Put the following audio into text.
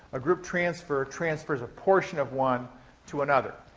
a group transfer transfers a portion of one to another.